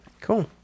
cool